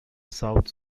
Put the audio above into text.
south